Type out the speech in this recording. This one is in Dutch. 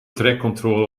trajectcontrole